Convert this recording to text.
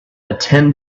attend